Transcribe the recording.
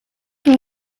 door